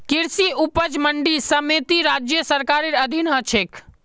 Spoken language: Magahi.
कृषि उपज मंडी समिति राज्य सरकारेर अधीन ह छेक